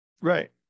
Right